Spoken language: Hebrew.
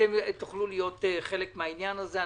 אתם תוכלו להיות חלק מן העניין הזה.